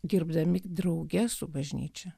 dirbdami drauge su bažnyčia